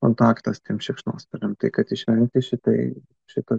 kontaktas tiem šikšnosparniam tai kad išvengti šitai šito